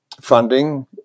funding